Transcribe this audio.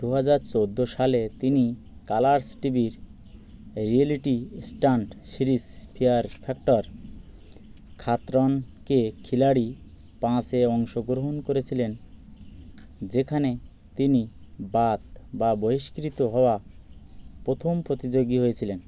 দু হাজার চোদ্দ সালে তিনি কালারস টিভির reality stunt series Fear Factor Khatron ke Khiladi পাঁচ এ অংশগ্রহণ করেছিলেন যেখানে তিনি বাদ বা বহিষ্কৃত হওয়া প্রথম প্রতিযোগী হয়েছিলেন